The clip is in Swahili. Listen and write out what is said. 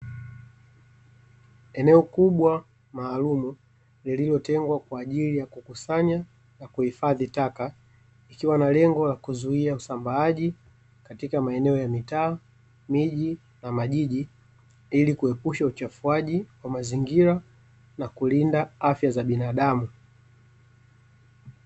Eneo kubwa maalum lililotengwa kwa ajili ya kukusanya na kuhifadhi taka , ikiwa na lengo la kuzuia usambaaji katika maeneo ya mitaa , miji na majiji , ili kuepusha uchafuaji wa mazingira na kulinda afya za binadamu.